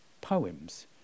poems